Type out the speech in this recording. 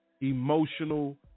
emotional